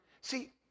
See